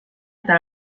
eta